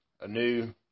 anew